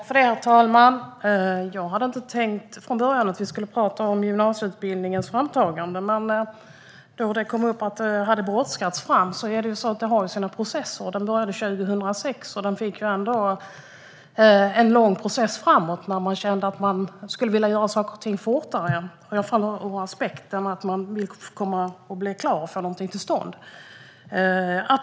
Herr talman! Jag hade från början inte tänkt att vi skulle prata om gymnasieutbildningens framtagande, men det kom upp att det hade skett i brådska. Men processen började 2006. Det blev en lång process, och man kände att man skulle vilja göra saker och ting fortare. Man ville bli klar och få någonting till stånd.